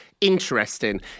interesting